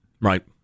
Right